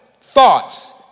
thoughts